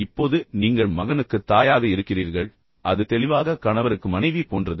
இப்போது நீங்கள் மகனுக்குத் தாயாக இருக்கிறீர்கள் அது தெளிவாக கணவருக்கு மனைவி போன்றது